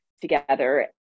together